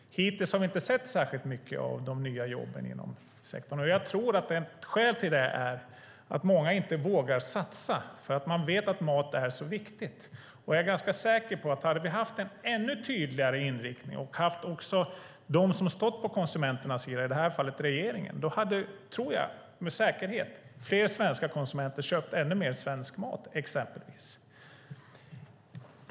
Hittills har vi inte sett mycket av de nya jobben inom sektorn. Jag tror att ett skäl är att många inte vågar satsa. De vet att mat är så viktigt. Jag är säker på att om det hade funnits en tydligare inriktning från dem som står på konsumenternas sida, i det här fallet regeringen, hade fler svenska konsumenter köpt ännu mer svensk mat.